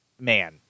man